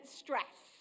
stress